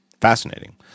Fascinating